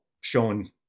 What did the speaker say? showing